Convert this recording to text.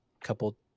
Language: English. couple